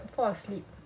I'll fall asleep